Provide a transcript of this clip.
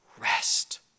Rest